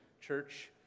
church